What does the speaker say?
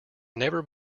never